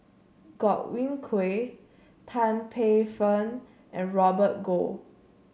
Godwin Koay Tan Paey Fern and Robert Goh